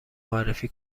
معرفی